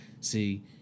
See